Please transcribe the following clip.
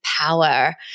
power